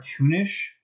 cartoonish